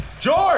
George